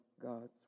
God's